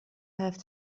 have